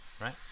right